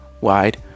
Wide